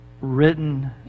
written